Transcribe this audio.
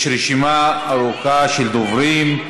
יש רשימה ארוכה של דוברים.